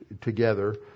together